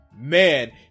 man